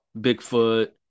Bigfoot